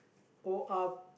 oh ah